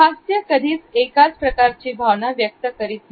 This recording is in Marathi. हास्य कधीच एकाच प्रकारची भावना व्यक्त करत नाही